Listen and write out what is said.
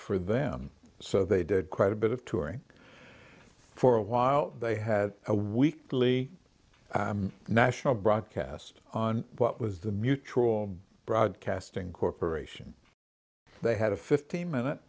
them so they did quite a bit of touring for a while they had a weekly national broadcast on what was the mutual broadcasting corporation they had a fifteen minute